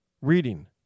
Reading